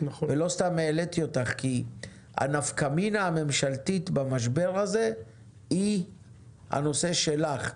ולא סתם העליתי אותך כי הנפקא מינה הממשלתית במשבר הזה היא הנושא שלך,